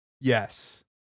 yes